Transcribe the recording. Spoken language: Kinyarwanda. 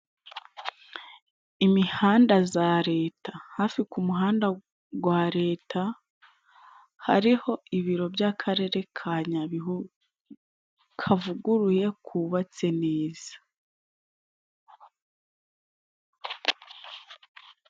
Imihanda za leta, hafi ku muhanda gwa leta hariho ibiro by'akarere ka Nyabihu kavuguruye kubatse neza.